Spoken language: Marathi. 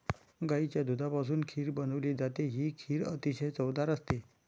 गाईच्या दुधापासून खीर बनवली जाते, ही खीर अतिशय चवदार असते